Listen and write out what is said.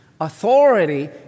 authority